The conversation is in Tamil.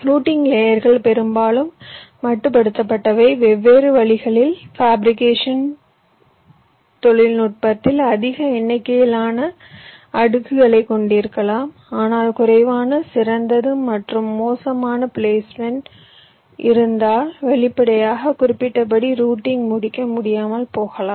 ரூட்டிங் லேயர்கள் பெரும்பாலும் மட்டுப்படுத்தப்பட்டவை வெவ்வேறு வழிகளில் ஃபேப்ரிகேஷன் தொழில்நுட்பத்தில் அதிக எண்ணிக்கையிலான அடுக்குகளைக் கொண்டிருக்கலாம் ஆனால் குறைவான சிறந்தது மற்றும் மோசமான பிளேஸ்மென்ட் இருந்தால் வெளிப்படையாக குறிப்பிட்டபடி ரூட்டிங் முடிக்க முடியாமல் போகலாம்